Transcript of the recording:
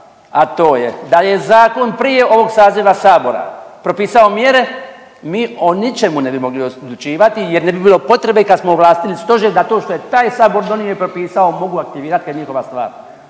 a to je da je zakon prije ovoga saziva Sabora propisao mjere, mi o ničemu ne bi mogli odlučivati jer ne bi bilo potrebe kada smo ovlastili Stožer da to što je taj Sabor donio i propisao mogu aktivirati jer je njihova stvar,